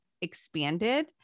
expanded